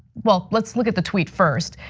well, let's look at the tweet first.